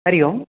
हरिः ओं